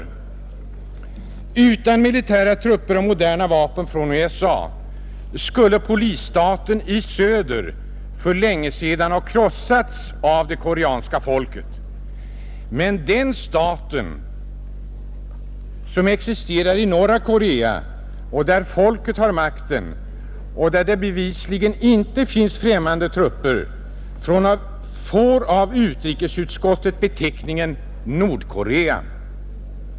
Utan militära trupper och moderna vapen från USA skulle polisstaten i söder för länge sedan ha krossats av det koreanska folket. Men den stat som existerar i norra Korea, där folket har makten och där det bevisligen inte finns främmande trupper, får av utrikesutskottet beteckningen Nordkorea.